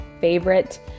favorite